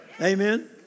Amen